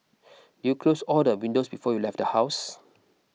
did you close all the windows before you left the house